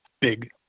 big